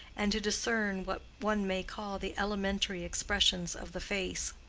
and to discern what one may call the elementary expressions of the face.